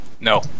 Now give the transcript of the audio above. No